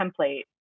template